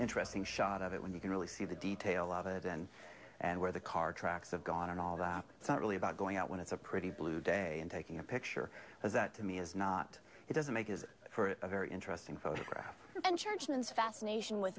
interesting shot of it when you can really see the detail of it and and where the car tracks have gone and all that it's not really about going out when it's a pretty blue day and taking a picture is that to me is not it doesn't make is for a very interesting photograph and churchmen this fascination with